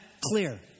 clear